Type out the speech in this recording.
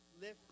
lift